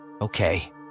Okay